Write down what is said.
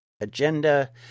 Agenda